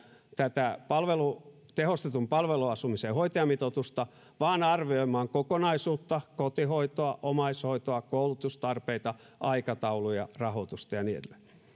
tätä tehostetun palveluasumisen hoitajamitoitusta vaan kokonaisuutta kotihoitoa omaishoitoa koulutustarpeita aikatauluja rahoitusta ja niin edelleen